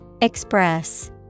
Express